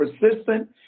persistent